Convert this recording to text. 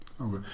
Okay